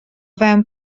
fewn